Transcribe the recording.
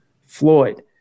Floyd